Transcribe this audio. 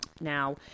Now